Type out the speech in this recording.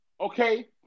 okay